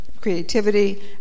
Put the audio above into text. Creativity